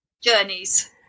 journeys